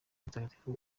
mutagatifu